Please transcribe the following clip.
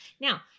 Now